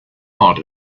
heart